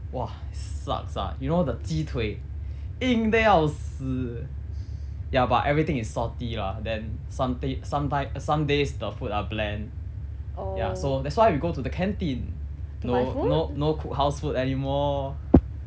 !wah! sucks ah you know the 鸡腿硬的要死 ya but everything is salty lah then some day sometime some days the food are bland ya so that's why we go to the canteen no no no cooked house food anymore